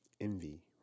Envy